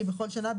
בכל שנה,